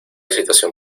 situación